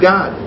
God